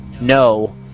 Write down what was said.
no